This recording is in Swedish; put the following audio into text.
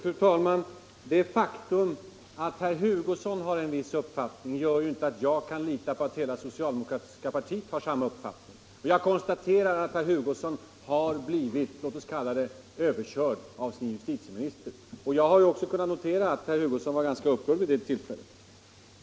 Fru talman! Det faktum att herr Hugosson har en viss uppfattning gör inte att jag kan lita på att hela socialdemokratiska partiet har samma uppfattning. Jag konstaterar att herr Hugosson har blivit låt oss kalla det överkörd av sin justitieminister. Jag har också kunnat notera att herr Hugosson var ganska upprörd vid det tillfället.